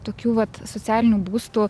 tokių vat socialinių būstų